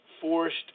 forced